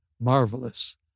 marvelous